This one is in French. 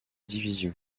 division